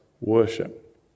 worship